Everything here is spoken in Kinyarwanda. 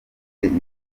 ibintu